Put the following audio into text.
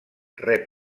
rep